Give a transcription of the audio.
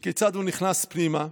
וכיצד הוא נכנס פנימה.